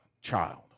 child